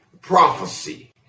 prophecy